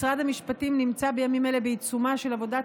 משרד המשפטים נמצא בימים אלו בעיצומה של עבודת